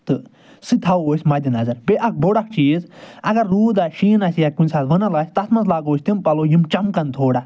تہٕ سُہ تہِ تھاوو أسۍ مدِ نظر بیٚیہِ اکھ بوٚڈ اکھ چیٖز اگر روٗد آسہِ شیٖن آسہِ یا کُنہِ ساتہٕ وٕنل آسہِ تَتھ منٛز لاگو أسۍ تِم پلو یِم چَمکَن تھوڑا